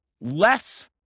less